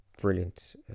brilliant